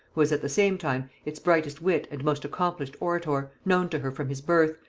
was at the same time its brightest wit and most accomplished orator, known to her from his birth,